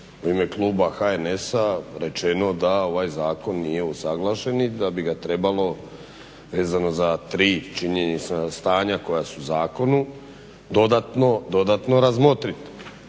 u ime kluba HNS-a rečeno da ovaj zakon nije usuglašen i da bi ga trebalo vezano za tri činjenična stanja koja su u zakonu dodatno razmotriti.